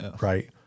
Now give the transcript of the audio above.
Right